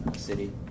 City